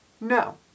No